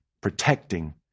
protecting